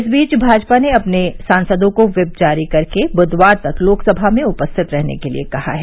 इस बीच भाजपा ने अपने सांसदो को व्हीप जारी कर ब्धवार तक लोकसभा में उपस्थित रहने के लिए कहा है